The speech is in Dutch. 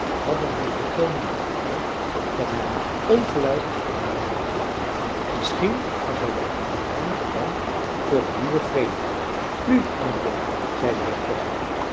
hadden hem volkomen overtuigd dat hij haar ongelijk had aangedaan misschien was hij wel een weinigje bang voor eene nieuwe vredebreuk nu henriette zei de